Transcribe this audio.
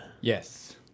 Yes